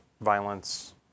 Violence